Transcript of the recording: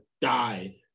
died